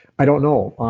i don't know.